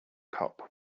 cop